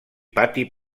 pati